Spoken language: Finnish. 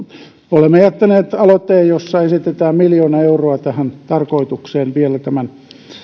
olemme jättäneet aloitteen jossa esitetään miljoona euroa tähän tarkoitukseen vielä tämän